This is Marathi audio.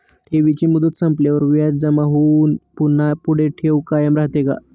ठेवीची मुदत संपल्यावर व्याज जमा होऊन पुन्हा पुढे ठेव कायम राहते का?